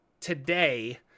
today